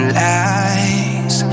lies